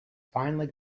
finally